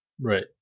Right